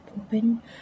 open